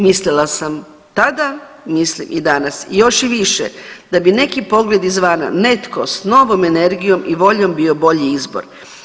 Mislila sam tada, mislim i danas i još i više da bi neki pogledi izvana netko s novom energijom i voljom bio bolji izbor.